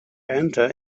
enter